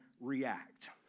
react